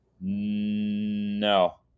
No